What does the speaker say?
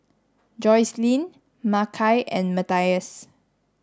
Joycelyn Makai and Matthias